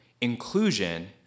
inclusion